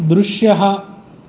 दृश्यः